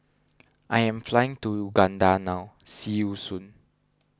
I am flying to Uganda now see you soon